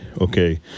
okay